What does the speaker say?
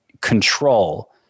control